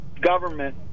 government